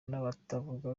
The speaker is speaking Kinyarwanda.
n’abatavuga